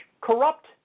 corrupt